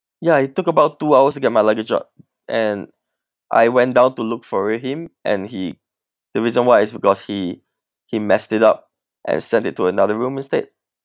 ya it took about two hours to get my luggage up and I went down to look for him and he the reason why is because he he messed it up and sent it to another room instead